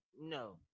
no